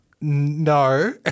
No